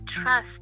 trust